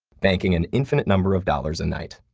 banking an infinite number of dollars a night.